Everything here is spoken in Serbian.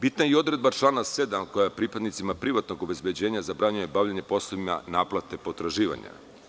Bitna je i odredba člana 7. koja pripadnicima privatnog obezbeđenja zabranjuje bavljenje poslovima naplate potraživanja.